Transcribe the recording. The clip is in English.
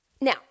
Now